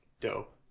dope